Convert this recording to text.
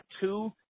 two